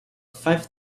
five